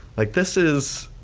like this is,